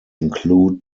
include